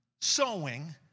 sowing